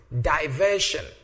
diversion